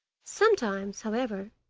sometimes, however,